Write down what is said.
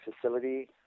facility